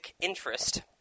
interest